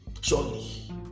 surely